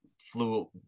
flew